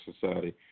society